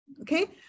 Okay